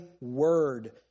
word